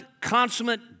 consummate